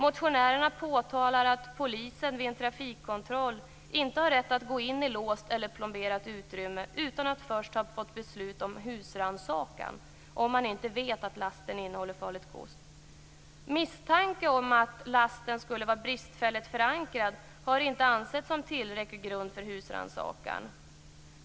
Motionärerna påtalar att polisen vid en trafikkontroll inte har rätt att gå in i låst eller plomberat utrymme utan att först ha fått beslut om husrannsakan, om man inte vet att lasten innehåller farligt gods. Misstanke om att lasten skulle vara bristfälligt förankrad har inte ansetts som tillräcklig grund för husrannsakan.